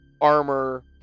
armor